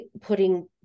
putting